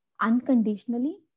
unconditionally